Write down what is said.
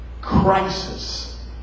crisis